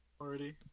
already